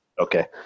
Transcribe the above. Okay